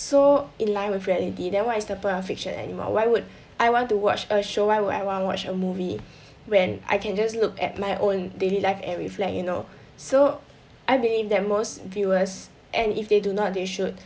so in line with reality then what's the point of fiction anymore why would I want to watch a show why would I want watch a movie when I can just look at my own daily life and reflect you know so I believe that most viewers and if they do not they should